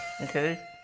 Okay